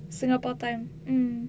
singapore time mm